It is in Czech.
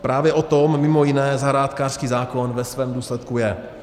Právě o tom mimo jiné zahrádkářský zákon ve svém důsledku je.